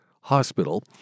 Hospital